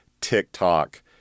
TikTok